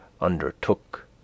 undertook